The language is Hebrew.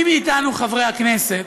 מי מאיתנו, חברי הכנסת,